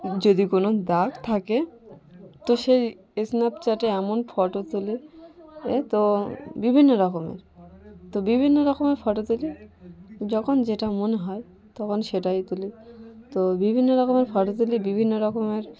যদি কোনো দাগ থাকে তো সেই স্ন্যাপচ্যাটে এমন ফটো তুলি এ তো বিভিন্ন রকমের তো বিভিন্ন রকমের ফটো তুলি যখন যেটা মনে হয় তখন সেটাই তুলি তো বিভিন্ন রকমের ফটো তুলি বিভিন্ন রকমের